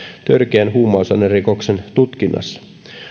törkeän huumausainerikoksen tutkinnassa